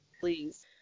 Please